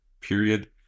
period